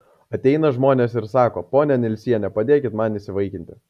ateina žmonės ir sako ponia nelsiene padėkit man įsivaikinti